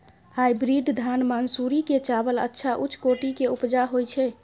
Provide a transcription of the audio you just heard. Hybrid धान मानसुरी के चावल अच्छा उच्च कोटि के उपजा होय छै?